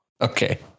Okay